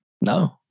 No